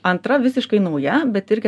antra visiškai nauja bet irgi